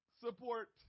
Support